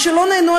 משלא נענו,